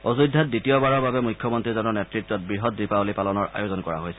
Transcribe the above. অযোধ্যাত দ্বিতীয়বাৰৰ বাবে মখ্যমন্ত্ৰীজনৰ নেতৃত্ব বৃহৎ দীপাৱলী পালনৰ আয়োজন কৰা হৈছে